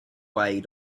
way